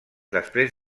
després